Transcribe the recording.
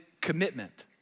commitment